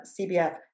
CBF